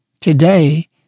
today